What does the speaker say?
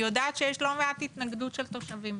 אני יודעת שיש לא מעט התנגדות של תושבים,